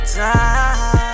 time